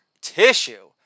tissue